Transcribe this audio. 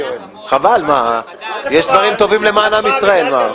חבל, יש דברים טובים למען עם ישראל.